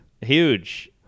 Huge